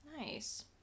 nice